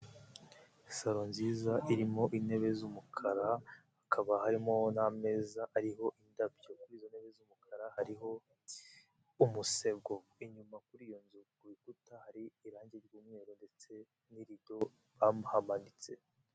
Salo nziza irimo intebe z'umukara, hakaba harimo n'ameza ariho indabyo. Kurizo ntebe z'umukara hariho umusego. Inyuma kuri iyo nzu ku rukuta hari irangi ry'umweru ndetse n'irido bahamanitse.